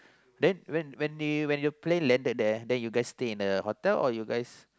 then when when they when they play landed there then you guys stay in the hotel or you guys